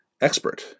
expert